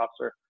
officer